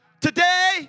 Today